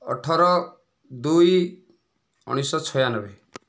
ଅଠର ଦୁଇ ଉଣେଇଶହ ଛୟାନବେ